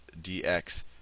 dx